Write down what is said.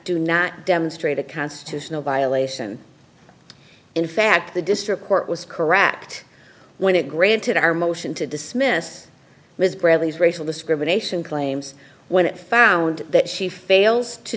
do not demonstrate a constitutional violation in fact the district court was correct when it granted our motion to dismiss ms bradley's racial discrimination claims when it found that she fails to